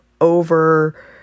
over